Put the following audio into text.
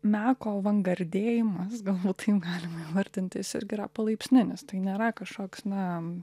meko avangardėjimas galbūt taip galima įvardinti jis irgi yra palaipsninis tai nėra kažkoks na